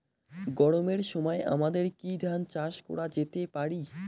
গরমের সময় আমাদের কি ধান চাষ করা যেতে পারি?